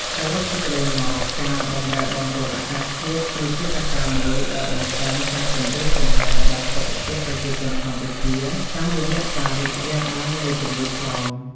សរុបសេចក្តីមក ការបម្រែបម្រួលអាកាសធាតុគឺជាកត្តាមួយដែលបង្កើនការគំរាមកំហែងដល់សុខភាពប្រជាជនកម្ពុជាតាមរយៈការរីករាលដាលនៃជំងឺឆ្លង។